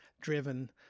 driven